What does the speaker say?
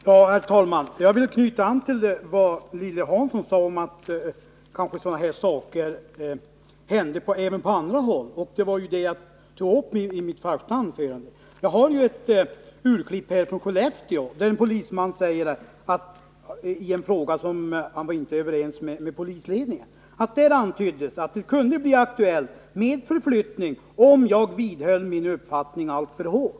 Herr talman! Jag vill knyta an till vad Lilly Hansson sade om att sådana här saker kanske händer även på andra håll. Jag tog ju upp det redan i mitt första anförande. Jag har här ett tidningsurklipp från Skellefteå, där en polisman, som inte var överens med polisledningen, säger att ”där antyddes att det kunde bli aktuellt med förflyttning om jag vidhöll min uppfattning alltför hårt”.